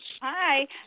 Hi